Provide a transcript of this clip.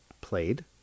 played